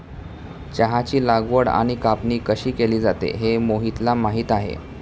चहाची लागवड आणि कापणी कशी केली जाते हे मोहितला माहित आहे